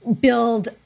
build